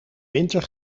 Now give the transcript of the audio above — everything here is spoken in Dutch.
winter